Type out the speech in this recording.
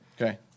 Okay